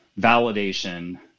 validation